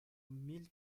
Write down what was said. mille